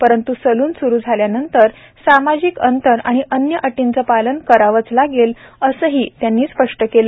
परंत् सलून स्रु झाल्यानंतर सामाजिक अंतर आणि अन्य अटींचे पालन करावेच लागेल असेही त्यांनी स्पष्ट केले